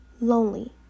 lonely